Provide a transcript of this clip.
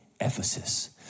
Ephesus